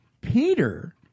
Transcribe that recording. Peter